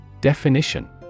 Definition